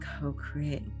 co-create